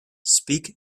speak